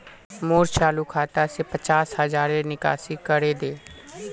मोर चालु खाता से पांच हज़ारर निकासी करे दे